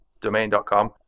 domain.com